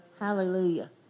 Hallelujah